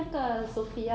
ah